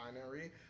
binary